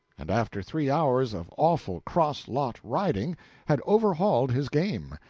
and after three hours of awful crosslot riding had overhauled his game.